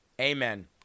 amen